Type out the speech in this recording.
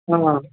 ಹ್ಞೂ